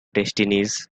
destinies